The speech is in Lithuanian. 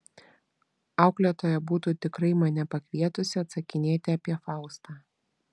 auklėtoja būtų tikrai mane pakvietusi atsakinėti apie faustą